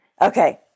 Okay